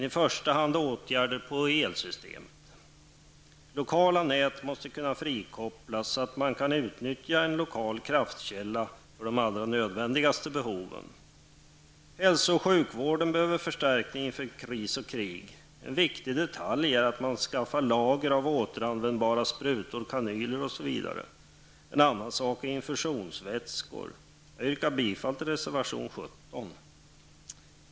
I första hand gäller det åtgärder beträffande elsystemet. Lokala nät måste kunna frikopplas, så att det går att utnyttja en lokal kraftkälla för de allra nödvändigaste behoven. Hälso och sjukvården behöver en förstärkning i händelse av kris eller krig. En viktig detalj är att man skaffar lager av återanvändbara sprutor, kanyler osv. Men det handlar också om infusionsvätskor. Jag yrkar bifall till reservation 17.